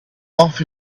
off